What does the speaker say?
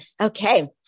Okay